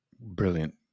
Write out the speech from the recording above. Brilliant